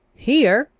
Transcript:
here?